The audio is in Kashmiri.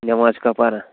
نٮ۪ماز چھُکھا پران